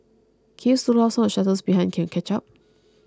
can you slow down so the shuttles behind can catch up